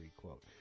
quote